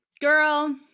girl